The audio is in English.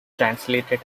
translated